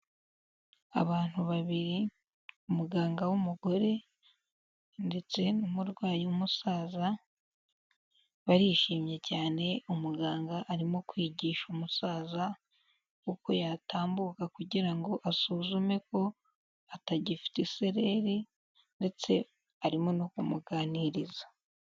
Abantu babiri umuganga w'umugore ndetse n'umurwayi w'umusaza barishimye cyane, umuganga arimo kwigisha umusaza uko yatambuka kugira ngo asuzume ko atagifite isereri ndetse arimo no kumuganiriza.